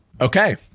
Okay